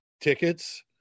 tickets